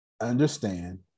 understand